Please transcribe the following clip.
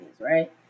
right